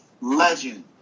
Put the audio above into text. legend